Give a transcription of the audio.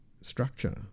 structure